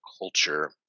culture